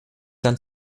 dann